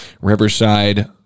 Riverside